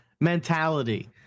mentality